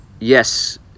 yes